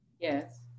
Yes